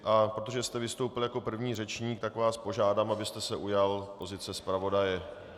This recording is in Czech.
A protože jste vystoupil jako první řečník, tak vás požádám, abyste se ujal pozice zpravodaje.